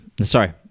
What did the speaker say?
sorry